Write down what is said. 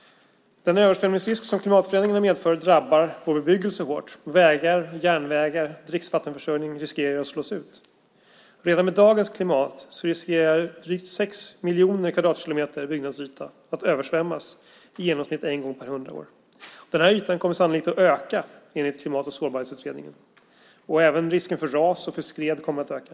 Den översvämningsrisk som klimatförändringarna medför drabbar vår bebyggelse hårt. Vägar och järnvägar men också dricksvattenförsörjningen riskerar att slås ut. Redan med dagens klimat finns risken att drygt sex miljoner kvadratkilometer översvämmas i genomsnitt en gång per hundra år. Den här ytan kommer sannolikt att öka enligt Klimat och sårbarhetsutredningen. Även risken för ras och skred kommer att öka.